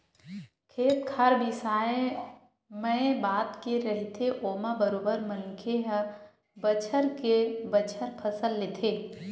खेत खार बिसाए मए बात के रहिथे ओमा बरोबर मनखे ह बछर के बछर फसल लेथे